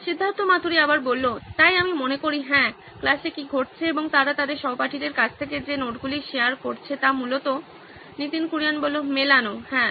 সিদ্ধার্থ মাতুরি তাই আমি মনে করি হ্যাঁ ক্লাসে কী ঘটছে এবং তারা তাদের সহপাঠীদের কাছ থেকে যে নোটগুলি শেয়ার করেছে তা মূলত নীতিন কুরিয়ান মেলানো হ্যাঁ